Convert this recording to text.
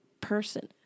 person